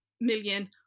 million